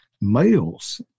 males